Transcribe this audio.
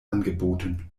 angeboten